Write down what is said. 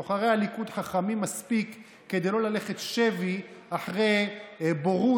בוחרי הליכוד חכמים מספיק כדי לא ללכת שבי אחרי בורות,